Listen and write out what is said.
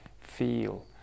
feel